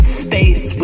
space